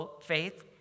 Faith